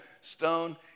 Stone